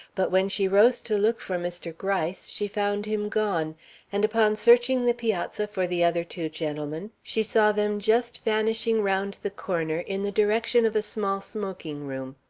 but when she rose to look for mr. gryce, she found him gone and upon searching the piazza for the other two gentlemen, she saw them just vanishing round the corner in the direction of a small smoking-room.